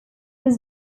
was